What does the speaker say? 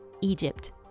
egypt